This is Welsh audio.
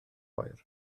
oer